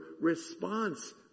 response